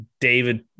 David